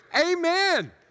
Amen